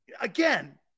Again